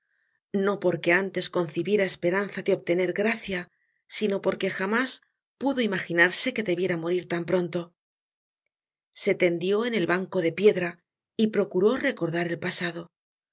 no porque antes concibiera esperanza de obtener gracia sino porque jamás pudo imaginarse que debiera morir tan pronto se tendió en el banco de piedra y procuró recordar el pasado